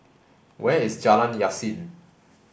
where is Jalan Yasin